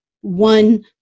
one